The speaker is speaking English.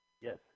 Yes